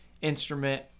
instrument